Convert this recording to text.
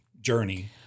journey